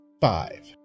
five